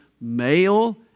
male